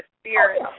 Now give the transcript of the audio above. spirit